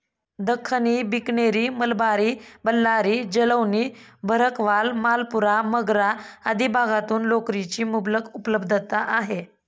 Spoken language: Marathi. दख्खनी, बिकनेरी, मलबारी, बल्लारी, जालौनी, भरकवाल, मालपुरा, मगरा आदी भागातून लोकरीची मुबलक उपलब्धता आहे